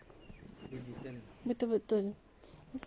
okay so you ordering or I order